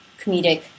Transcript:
comedic